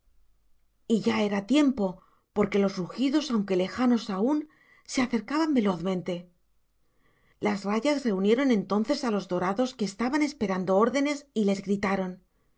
y ya era tiempo porque los rugidos aunque lejanos aún se acercaban velozmente las rayas reunieron entonces a los dorados que estaban esperando órdenes y les gritaron